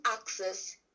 access